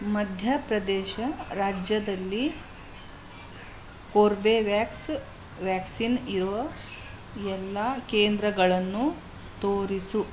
ಮಧ್ಯ ಪ್ರದೇಶ ರಾಜ್ಯದಲ್ಲಿ ಕೋರ್ಬೆವ್ಯಾಕ್ಸ್ ವ್ಯಾಕ್ಸಿನ್ ಇರೋ ಎಲ್ಲ ಕೇಂದ್ರಗಳನ್ನು ತೋರಿಸು